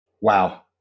Wow